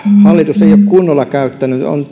hallitus ei ole kunnolla käyttänyt on